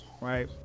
right